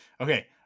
okay